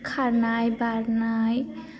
खारनाय बारनाय